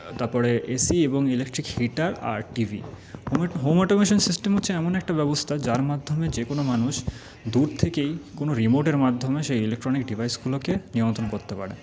তারপরে এসি এবং electric heater আর টিভি হোম অটোমেশান সিস্টেম হচ্ছে এমন একটা ব্যবস্থা যার মাধ্যমে যে কোনো মানুষ দূর থেকেই কোনো রিমোটের মাধ্যমে সেই ইলেকট্রনিক ডিভাইসগুলোকে নিয়ন্ত্রণ করতে পারে